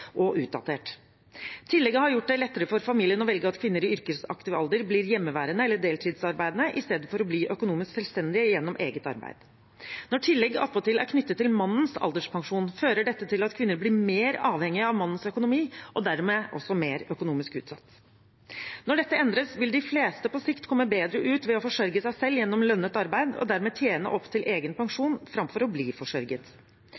og utdatert. Tillegget har gjort det lettere for familier å velge at kvinner i yrkesaktiv alder blir hjemmeværende eller deltidsarbeidende, i stedet for å bli økonomisk selvstendige gjennom eget arbeid. Når tillegget attpåtil er knyttet til mannens alderspensjon, fører dette til at kvinner blir mer avhengige av mannens økonomi – og dermed også mer økonomisk utsatt. Når dette endres, vil de fleste på sikt komme bedre ut ved å forsørge seg selv gjennom lønnet arbeid og dermed tjene opp til egen